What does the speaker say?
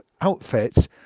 outfits